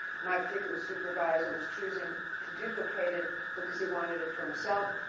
my particular supervisor was chooseing to duplicate it because he wanted it for himself.